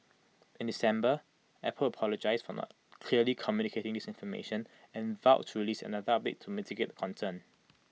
in December Apple apologised for not clearly communicating this information and vowed to release another update to mitigate the concern